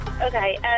Okay